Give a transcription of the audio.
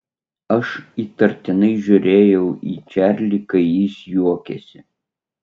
aš įtartinai žiūrėjau į čarlį kai jis juokėsi